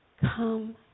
Come